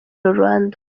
rwanda